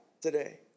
today